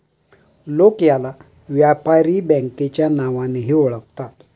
लोक याला व्यापारी बँकेच्या नावानेही ओळखतात